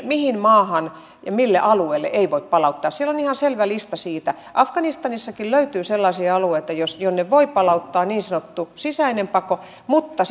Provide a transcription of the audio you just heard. mihin maahan ja mille alueelle ei voi palauttaa siellä on ihan selvä lista siitä afganistanistakin löytyy sellaisia alueita jonne voi palauttaa niin sanottu sisäinen pako mutta